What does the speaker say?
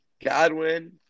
Godwin